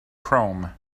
chrome